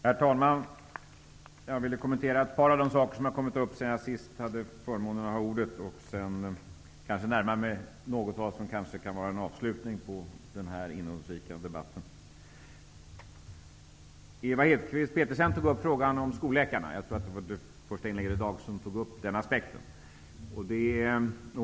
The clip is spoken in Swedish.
Herr talman! Jag vill kommentera ett par av de saker som har kommit upp sedan jag sist hade förmånen att ha ordet för att sedan närma mig något som kanske kan vara en avslutning på den här innehållsrika debatten. Ewa Hedkvist Petersen tog upp frågan om skolläkarna. Jag tror att hon var den första i dag som tog upp den aspekten.